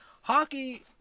Hockey